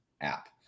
app